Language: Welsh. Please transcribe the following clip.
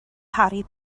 harry